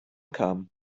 kamen